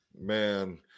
Man